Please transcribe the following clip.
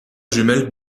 jumelle